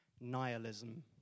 Nihilism